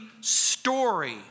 story